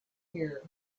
here